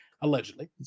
allegedly